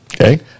Okay